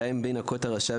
והיה אם בִּן הכות הרשע,